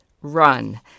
run